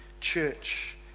church